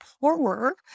poorer